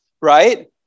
right